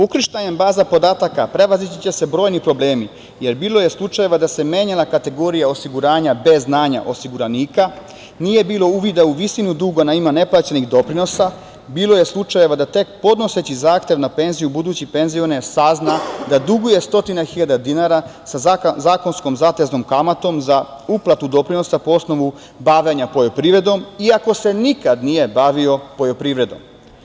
Ukrštanjem baza podataka prevazići će se brojni problemi, jer bilo je slučajeva da se menjana na kategorija osiguranja bez znanja osiguranika, nije bilo uvida u visinu duga na ime neplaćenih doprinosa, bilo je slučajeva da tek podnoseći zahtev na penziju u buduće penzione sazna da duguje stotina hiljada dinara sa zakonskom zateznom kamatom za uplatu doprinosa po osnovu bavljenje poljoprivredom i ako se nikad nije bavio poljoprivredom.